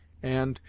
and,